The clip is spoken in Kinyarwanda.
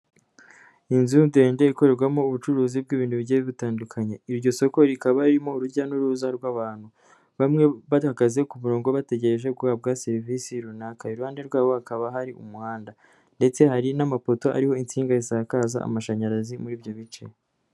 Inzu ndende ikorerwamo ubucuruzi bw'ibintu bigiye bitandukanye, iryo soko rikaba ririmo urujya n'uruza rw'abantu, bamwe bahagaze ku murongo bategereje guhabwa serivisi runaka, iruhande rwabo hakaba hari umuhanda ndetse hari n'amapoto ariho insinga zisakaza amashanyarazi muri ibyo bice.